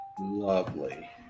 Lovely